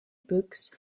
books